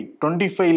25